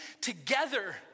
together